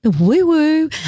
woo-woo